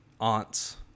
aunts